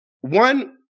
one